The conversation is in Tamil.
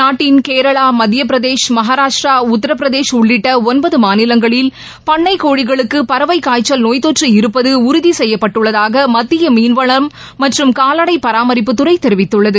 நாட்டின் கேரளா மத்தியப்பிரதேஷ் மகாராஷ்டிரா உத்தரப்பிரதேஷ் உள்ளிட்ட ஒன்பது மாநிலங்களில் பண்ணைக் கோழிகளுக்கு பறவைக் காய்ச்சல் நோய் தொற்று இருப்பது உறுதி செய்யப்பட்டுள்ளதாக மத்திய மீன்வளம் மற்றும் கால்நடை பராமரிப்புத்துறை தெரிவித்துள்ளது